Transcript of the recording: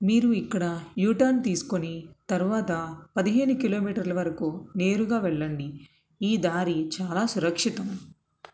మీరు ఇక్కడ U turn తీసుకుని తరువాత పదిహేను కిలోమీటర్ల వరకు నేరుగా వెళ్ళండి ఈ దారి చాలా సురక్షితం